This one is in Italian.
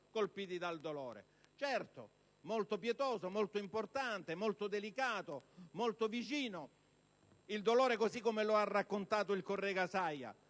colpiti dal dolore. Certo, è molto pietoso, molto importante, delicato e vicino il dolore, così come lo ha raccontato il collega Saia,